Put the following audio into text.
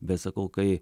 bet sakau kai